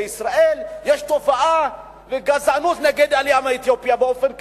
בישראל יש תופעת גזענות נגד העלייה מאתיופיה באופן כללי.